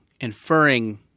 Inferring